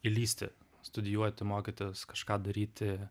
įlįsti studijuoti mokytis kažką daryti